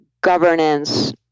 governance